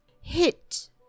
hit